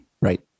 Right